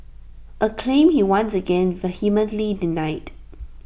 A claim he once again vehemently denied